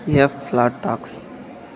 F flat stocks